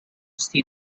see